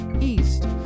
East